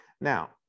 Now